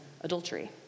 adultery